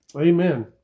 Amen